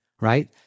Right